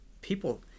people